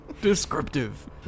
Descriptive